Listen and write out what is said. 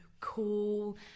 cool